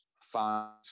find